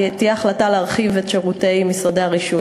תהיה החלטה להרחיב את שירותי משרדי הרישוי,